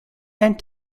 and